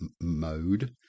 mode